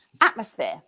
atmosphere